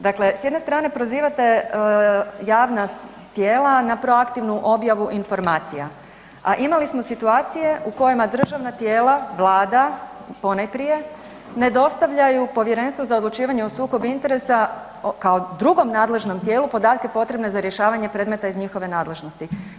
Dakle s jedne strane prozivate javna tijela na proaktivnu objavu informacija, a imali smo situacije u kojima državna tijela, vlada ponajprije, ne dostavljaju Povjerenstvu za odlučivanje o sukobu interesa, kao drugom nadležnom tijelu, podatke potrebne za rješavanje predmeta iz njihove nadležnosti.